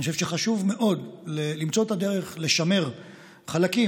אני חושב שחשוב מאוד למצוא את הדרך לשמר חלקים,